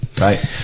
right